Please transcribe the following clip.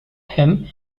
him